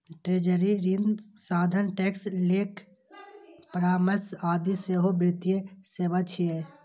treasury, ऋण साधन, tax, लेखा परामर्श आदि सेहो वित्तीय सेवा छियै